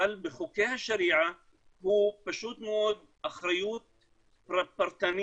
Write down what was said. אבל בחוקי השריעה הוא פשוט מאוד אחריות פרטנית,